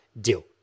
deal